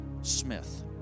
Smith